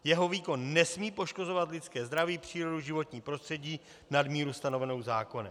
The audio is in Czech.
Jeho výkon nesmí poškozovat lidské zdraví, přírodu, životní prostředí nad míru stanovenou zákonem.